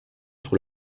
pour